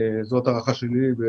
זו ההערכה שלי.